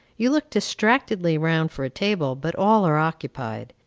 you look distractedly round for a table, but all are occupied.